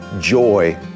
joy